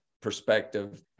perspective